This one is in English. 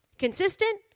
Consistent